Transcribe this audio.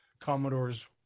Commodore's